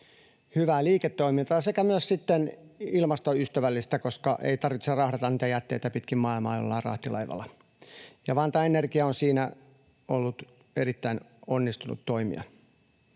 hyvää liiketoimintaa sekä myös sitten ilmastoystävällistä, koska ei tarvitse rahdata niitä jätteitä pitkin maailmaa jollain rahtilaivalla. Vantaan Energia on siinä ollut erittäin onnistunut toimija.